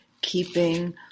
keeping